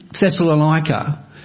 Thessalonica